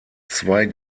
zwei